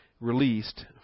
released